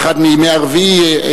באחד מימי רביעי,